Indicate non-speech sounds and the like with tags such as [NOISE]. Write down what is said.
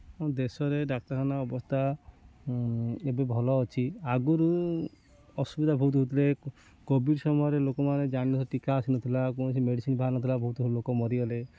ଦେଶରେ ଡାକ୍ତରଖାନା ଅବସ୍ଥା ଏବେ ଭଲ ଅଛି ଆଗରୁ ଅସୁବିଧା ବହୁତ ହେଉଥିଲେ କୋଭିଡ୍ ସମୟରେ ଲୋକମାନେ [UNINTELLIGIBLE] ଟୀକା ଆସିନଥିଲା କୌଣସି ମେଡ଼ିସିନ୍ ବାହାର ନଥିଲା ବହୁତ ଲୋକ ମରିଗଲେ